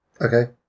Okay